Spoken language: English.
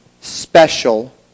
special